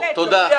גברתי,